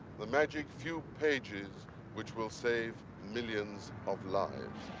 the magic few pages which will save millions of lives.